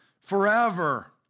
forever